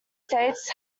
states